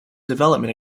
development